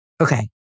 Okay